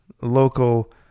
Local